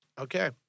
Okay